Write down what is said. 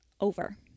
over